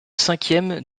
cinquième